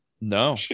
No